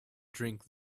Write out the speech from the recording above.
drink